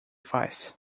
faz